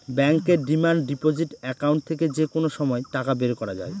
ব্যাঙ্কের demand deposit account থেকে যে কোনো সময় টাকা বের করা যায়